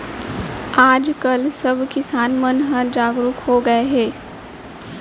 आज काल सब किसान मन ह जागरूक हो गए हे